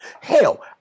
Hell